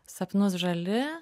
sapnus žali